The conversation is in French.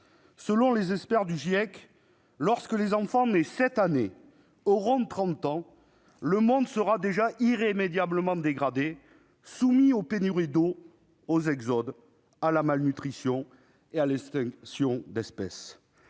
Selon les experts du GIEC, lorsque les enfants nés cette année auront 30 ans, le monde sera déjà irrémédiablement dégradé, soumis aux pénuries d'eau, aux exodes, à la malnutrition et à l'extinction des espèces.